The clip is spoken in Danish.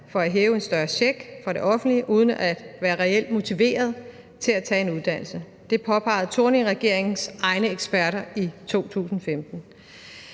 for at hæve en større check fra det offentlige uden reelt at være motiveret til at tage en uddannelse. Det påpegede Thorningregeringens egne eksperter i 2015.